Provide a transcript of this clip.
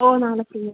അതെ നാളെ ചെയ്യാം